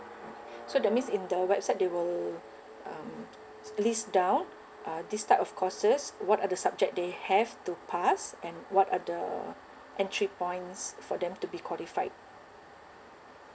so that means in the website they will um list down uh this type of courses what are the subject they have to pass and what are the entry points for them to be qualified